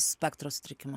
spektro sutrikimą